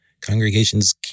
congregations